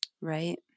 Right